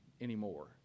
anymore